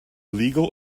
legal